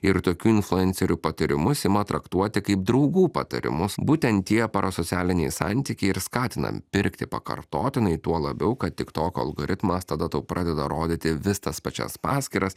ir tokių influencerių patyrimus ima traktuoti kaip draugų patarimus būtent tie parasocialiniai santykiai ir skatina pirkti pakartotinai tuo labiau kad tik toko algoritmas tada tau pradeda rodyti vis tas pačias paskyras